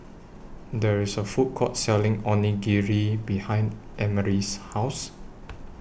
There IS A Food Court Selling Onigiri behind Emery's House